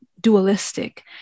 dualistic